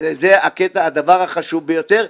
זה הדבר החשוב ביותר,